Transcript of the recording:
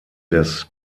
des